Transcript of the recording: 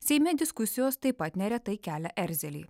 seime diskusijos taip pat neretai kelia erzelį